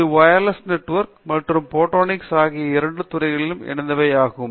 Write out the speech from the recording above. அது wireless network மற்றும் photonics ஆகிய இரண்டு துறைகள் இணைந்தவை ஆகும்